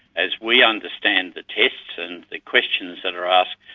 as we understand the tests and the questions that are asked,